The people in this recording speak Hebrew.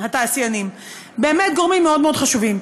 התעשיינים, באמת גורמים מאוד מאוד חשובים.